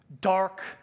dark